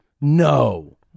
No